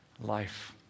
life